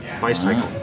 Bicycle